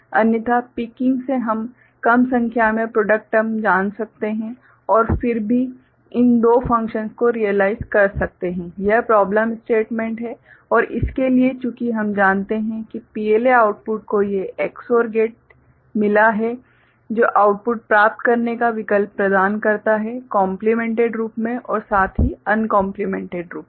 अन्यथा पिकिंग से हम कम संख्या में प्रॉडक्ट टर्म जान सकते हैं और फिर भी इन दोनों फंकशन को रियलाइज कर सकते हैं यह प्रॉबलम स्टेटमेंट है और इसके लिए चूंकि हम जानते हैं कि PLA आउटपुट को ये Ex OR गेट मिला है जो आउटपुट प्राप्त करने का विकल्प प्रदान करता है कोम्प्लीमेंटेड रूप में और साथ ही अनकोम्प्लीमेंटेड रूप में